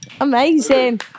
Amazing